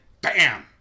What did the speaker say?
bam